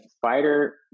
fighter